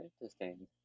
Interesting